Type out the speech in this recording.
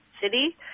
city